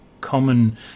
common